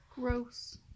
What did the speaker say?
Gross